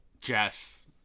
Jess